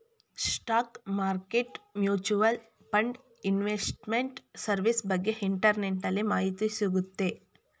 stock market mutual fund investment service ಬಗ್ಗೆ ಇಂಟರ್ನೆಟ್ಟಲ್ಲಿ ಮಾಹಿತಿ ಸಿಗುತ್ತೆ